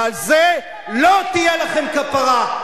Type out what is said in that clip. ועל זה לא תהיה לכם כפרה.